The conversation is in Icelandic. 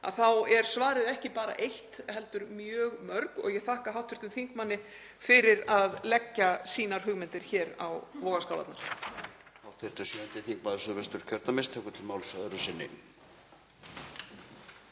þá er svarið ekki bara eitt heldur mjög mörg. Ég þakka hv. þingmanni fyrir að leggja sínar hugmyndir hér á vogarskálarnar.